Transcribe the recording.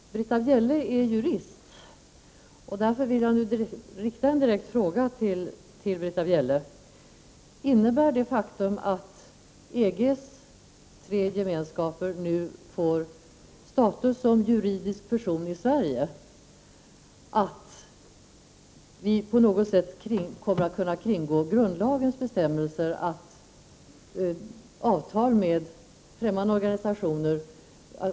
Herr talman! Britta Bjelle är jurist och därför vill jag rikta en direkt fråga till henne: Innebär det faktum att EG:s tre gemenskaper nu får status som juridisk person i Sverige att vi på något sätt kommer att kunna kringgå grundlagens bestämmelser angående avtal med främmande organisationer?